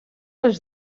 els